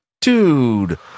dude